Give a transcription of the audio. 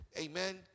Amen